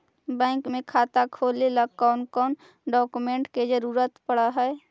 Bank में खाता खोले ल कौन कौन डाउकमेंट के जरूरत पड़ है?